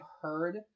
heard